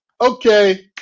okay